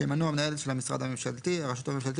לנציגים כאמור